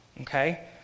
okay